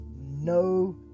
no